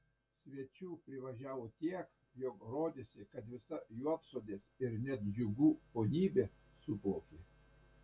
svečių privažiavo tiek jog rodėsi kad visa juodsodės ir net džiugų ponybė suplaukė